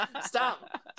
Stop